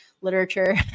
literature